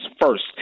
first